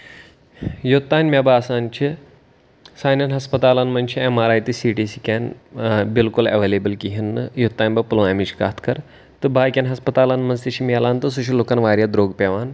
یوٚتان مےٚ باسان چھُ سانؠن ہسپَتالَن منٛز چھُ ایٚم آر آیۍ تہٕ سی ٹی سکین بِلکُل ایٚولیبٕل کہیٖنۍ نہٕ یوٚتان بہٕ پُلوامِچ کَتھ کَرٕ تہٕ باقِیَن ہسپَتالَن منٛز تہِ چھُ میلان تہٕ سُہ چھُ لوٗکَن وَاریاہ درٛوگ پیٚوان